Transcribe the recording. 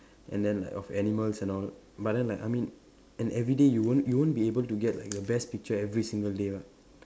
and then like of animals and all but then like I mean and everyday you won't you won't be able to get like the best picture every single day what